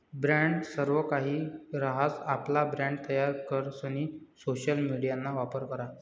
brand सर्वकाहि रहास, आपला ब्रँड तयार करीसन सोशल मिडियाना वापर करा